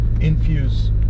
Infuse